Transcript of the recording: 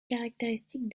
caractéristiques